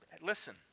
listen